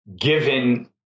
given